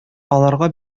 аларга